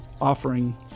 offering